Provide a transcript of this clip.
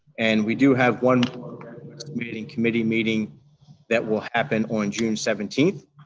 and we do have one more revenue estimating committee meeting that will happen on june seventeenth,